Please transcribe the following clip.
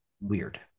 weird